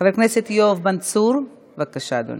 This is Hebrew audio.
חבר הכנסת יואב בן צור, בבקשה, אדוני.